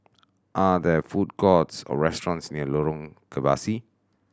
are there food courts or restaurants near Lorong Kebasi